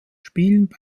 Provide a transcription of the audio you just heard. spielen